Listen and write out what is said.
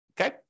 okay